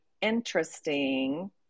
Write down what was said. interesting